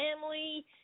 family